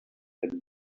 had